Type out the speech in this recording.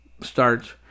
starts